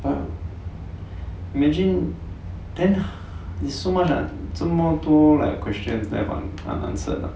but imagine then is so much un~ 这么多 like questions like unanswered